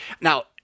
Now